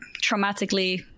traumatically